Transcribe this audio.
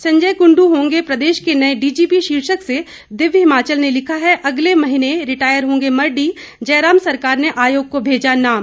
संजय कुंडू होंगे प्रदेश के नए डीजीपी शीर्षक से दिव्य हिमाचल ने लिखा है अगले महीने रिटायर होंगे मरड़ी जयराम सरकार ने आयोग को भेजा नाम